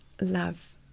love